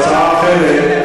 זו הצעה אחרת.